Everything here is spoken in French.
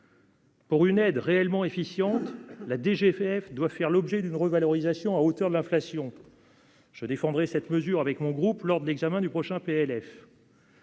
Pour une aide réellement efficiente la DGF doit faire l'objet d'une revalorisation à hauteur de l'inflation. Je défendrai cette mesure avec mon groupe lors de l'examen du prochain PLF.